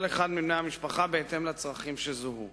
אחד מבני המשפחה בהתאם לצרכים שזוהו.